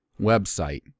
website